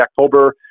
October